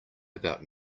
about